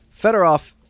Fedorov